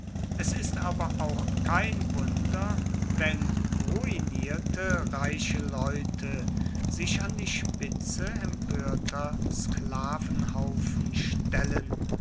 es ist aber auch kein wunder wenn ruinierte reiche leute sich an die spitze empörter sklavenhaufen stellen